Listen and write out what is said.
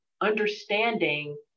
understanding